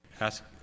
ask